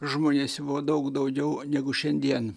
žmonėse buvo daug daugiau negu šiandien